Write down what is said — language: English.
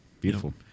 Beautiful